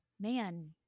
man